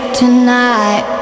tonight